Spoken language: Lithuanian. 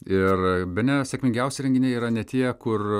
ir bene sėkmingiausi renginiai yra ne tie kur